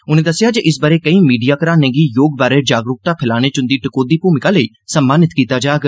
उनें दस्सेआ जे इस ब'रे केई मीडिया घरानें गी योग बारै जागरूकता फैलाने च उंदी टकोह्दी भूमिका लेई सम्मानित बी कीता जाग